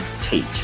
teach